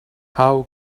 how